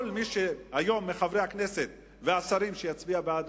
כל אחד מחברי הכנסת ומהשרים שיצביעו בעד